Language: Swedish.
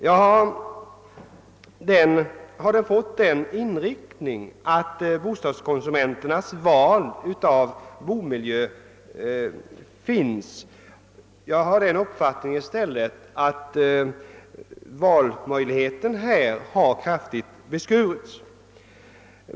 Har denna fått den inriktningen, att bostadskonsumenternas val av boendemiljö är en fråga som existerar? Jag har den uppfattningen att valmöjligheterna i stället här kraftigt har beskurits.